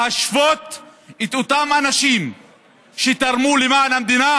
להשוות את אותם אנשים שתרמו למען המדינה